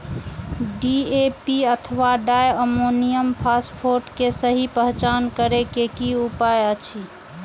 DAP अथवा di ammonium phosphate के सहि पहचान करे के कि उपाय अछि?